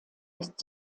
ist